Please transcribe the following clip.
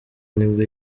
nibwo